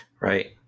Right